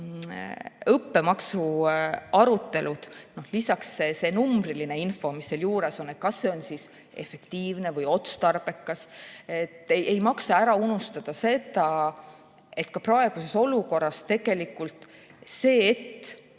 õppemaksu arutelude puhul, lisaks sellele numbrilisele infole, mis seal juures on, et kas see on efektiivne või otstarbekas, ei maksa ära unustada ka seda, et praeguses olukorras on tegelikult see, et